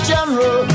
General